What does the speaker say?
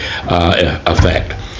effect